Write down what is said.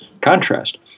contrast